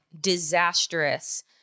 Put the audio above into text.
disastrous